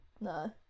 no